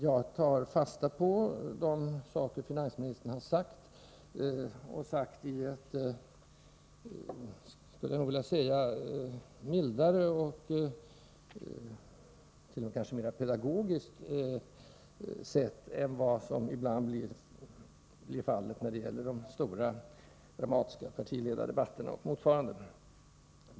Jag tar fasta på vad finansministern har sagt — och sagt, enligt min mening, på ett mjukare och mer pedagogiskt sätt än vad som ibland blir fallet när det gäller de stora dramatiska partiledardebatterna och motsvarande.